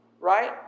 right